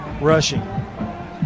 rushing